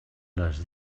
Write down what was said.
les